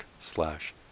slash